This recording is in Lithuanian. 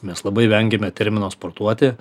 mes labai vengiame termino sportuoti